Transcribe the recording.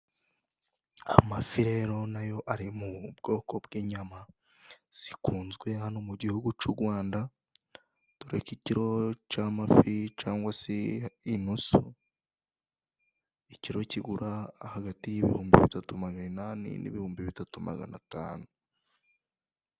Amafi rero nayo ari mu bwoko bw'inyama zikunzwe hano mu gihugu cy'u Rwanda, dore ko ikiro cy'amafi cyangwa se inusu, ikiro kigura hagati y'ibihumbi bitatu magana inani n'ibihumbi bitatu magana atanu.